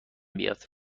بیاد